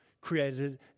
created